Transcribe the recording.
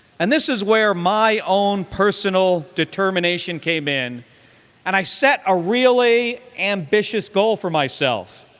and this is where my own personal determination came in and i set a really ambitious goal for myself.